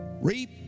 reap